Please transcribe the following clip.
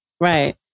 right